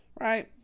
right